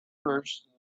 persons